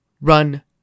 Run